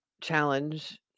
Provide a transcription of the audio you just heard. challenge